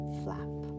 flap